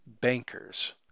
bankers